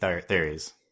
theories